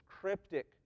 cryptic